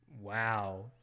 Wow